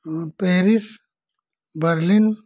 रु Paris Berlin